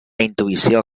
intuïció